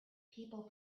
people